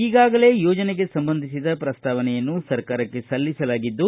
ಈಗಾಗಲೇ ಯೋಜನೆಗೆ ಸಂಬಂಧಿಸಿದ ಪ್ರಸ್ತಾವನೆಯನ್ನು ಸರ್ಕಾರಕ್ಷೆ ಸಲ್ಲಿಸಲಾಗಿದ್ದು